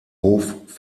hof